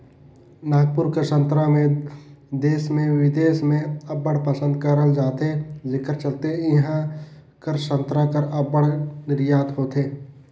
नागपुर कर संतरा ल देस में बिदेस में अब्बड़ पसंद करल जाथे जेकर चलते इहां कर संतरा कर अब्बड़ निरयात होथे